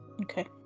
Okay